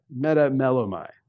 metamelomai